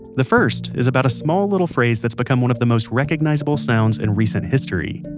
the first is about a small little phrase that's become one of the most recognizable sounds in recent history.